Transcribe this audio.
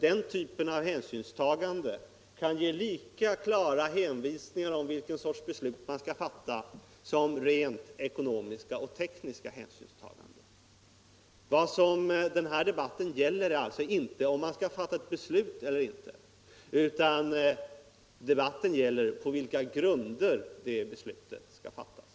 Den typen av hänsynstagande kan säkert ge lika klara hänvisningar om vilken sorts beslut man skall fatta som rent ekonomiska och tekniska hänsynstaganden. Vad denna debatt gäller är sålunda inte om man skall fatta ett beslut eller inte, utan debatten gäller på vilka grunder det beslutet skall fattas.